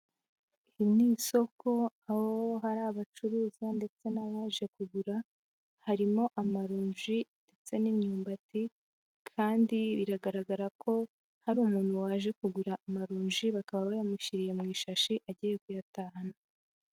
Iri ni isoko aho hari abacuruza ndetse n'abaje kugura, harimo amaronji ndetse n'imyumbati kandi biragaragara ko hari umuntu waje kugura amaronji, bakaba bayamushyiriye mu ishashi agiye kuyatahana.